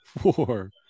four